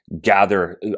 gather